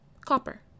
copper